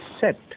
set